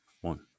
one